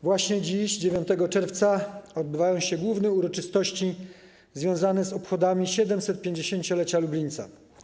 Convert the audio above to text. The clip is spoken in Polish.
Właśnie dziś, 9 czerwca, odbywają się główne uroczystości związane z obchodami 750-lecia Lublińca.